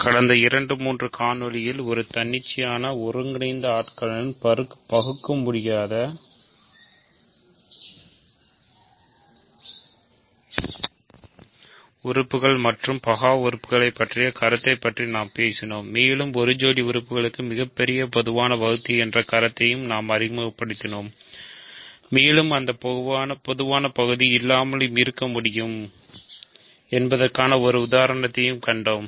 கடந்த இரண்டு மூன்று காணொளியில் ஒரு தன்னிச்சையான ஒருங்கிணைந்த ஆட்களத்தில் பகுக்கமுடியாத உறுப்புகள் மற்றும்பகா உறுப்புகள் பற்றிய கருத்தைப் பற்றி நாம் பேசினோம் மேலும் ஒரு ஜோடி உறுப்புகளுக்கு மிகப் பெரிய பொதுவான வகுத்தி என்ற கருத்தையும் நாம் அறிமுகப்படுத்தினோம் மேலும் அந்தப் பொதுவான பகுதி இல்லாமலும் இருக்க முடியும் என்பதற்கான ஒரு உதாரணத்தைக் கண்டோம்